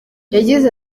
yagize